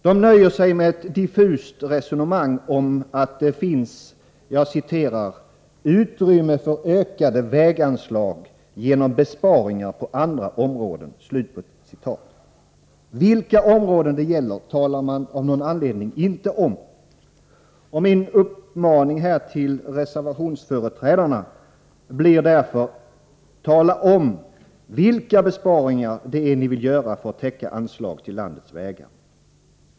De nöjer sig med ett diffust resonemang om att det finns ”utrymme för ökade väganslag genom besparingar på andra områden”. Vilka områden det gäller talar man av någon anledning inte om. Min uppmaning till reservationsföreträdarna här i dag blir därför: Tala om vilka besparingar ni vill göra för att täcka ökade anslag till landets vägar.